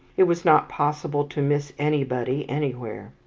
it was not possible to miss anybody anywhere.